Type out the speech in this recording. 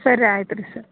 ಸರಿ ಆಯ್ತುರೀ ಸರ್